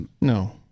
No